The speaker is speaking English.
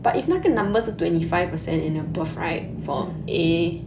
mm